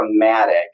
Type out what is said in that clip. dramatic